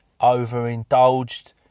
overindulged